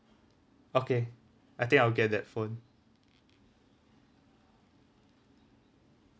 okay I think I will get that phone